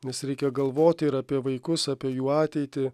nes reikia galvoti ir apie vaikus apie jų ateitį